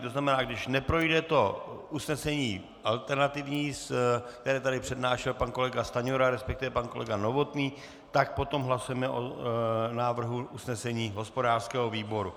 To znamená, když neprojde to usnesení alternativní, které tady přednášel pan kolega Stanjura, resp. pan kolega Novotný, tak potom hlasujeme o návrhu usnesení hospodářského výboru.